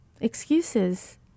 Excuses